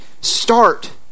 start